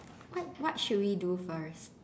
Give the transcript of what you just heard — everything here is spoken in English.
what what should we do first